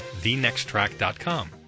TheNextTrack.com